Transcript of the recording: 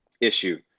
issue